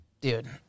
dude